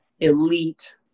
elite